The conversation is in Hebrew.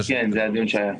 כן, זה הדיון שהיה.